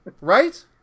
Right